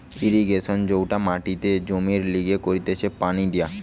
irrigation যেটা মাটিতে জমির লিচে করতিছে পানি দিয়ে